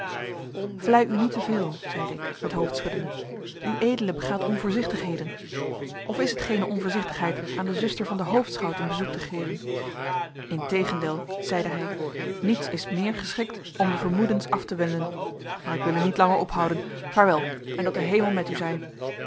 vlei u niet te veel zeide ik het hoofd schuddende ued begaat onvoorzichtigheden of is het geene onvoorzichtigheid aan de zuster van den hoofdschout een bezoek te geven integendeel zeide hij niets is meer geschikt om de vermoedens af te wenden maar ik wil u niet langer ophouden vaarwel en dat de hemel met u zij